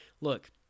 Look